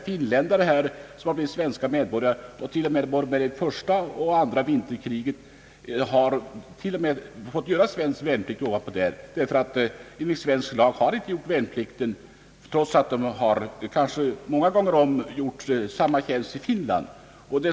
Finländare som t.o.m. varit med både i första och andra vinterkriget och sedan blivit svenska medborgare har fått göra värnplikt i Sverige även om de fullgjort sådan många gånger om i Finland.